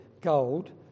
gold